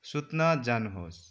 सुत्न जानुहोस्